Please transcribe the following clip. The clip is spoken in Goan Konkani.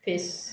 फेस